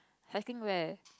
cycling where